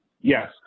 Yes